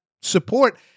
support